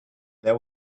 there